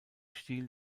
stil